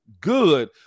good